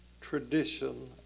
tradition